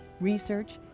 research,